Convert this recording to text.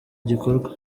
igikorwa